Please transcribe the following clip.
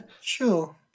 Sure